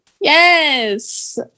yes